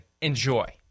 Enjoy